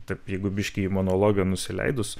taip jeigu biški į monologą nusileidus